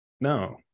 No